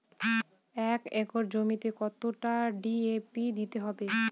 এক একর জমিতে কতটা ডি.এ.পি দিতে হবে?